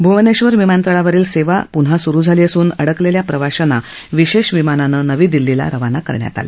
भुवनेश्वर विमानतळांवरील सेवा पुन्हा सुरु झाली असून अडकलेल्या प्रवाशांना विशेष विमानानं नवी दिल्लीला रवाना करण्यात आलं